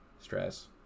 stress